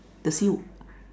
the sea